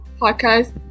podcast